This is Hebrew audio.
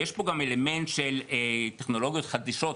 יש פה גם אלמנט של טכנולוגיות חדישות.